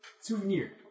Souvenir